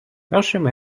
першим